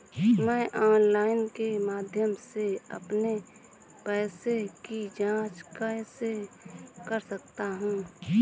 मैं ऑनलाइन के माध्यम से अपने पैसे की जाँच कैसे कर सकता हूँ?